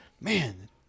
Man